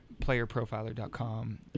playerprofiler.com